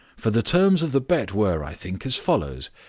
for the terms of the bet were, i think, as follows,